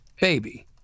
baby